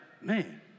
man